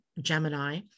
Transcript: Gemini